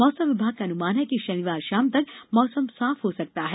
मौसम विभाग का अनुमान है कि शनिवार शाम तक मौसम साफ हो सकता है